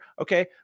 Okay